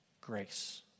grace